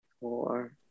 Four